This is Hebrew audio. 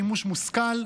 שימוש מושכל.